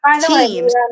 teams